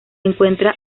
encuentra